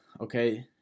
okay